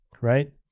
right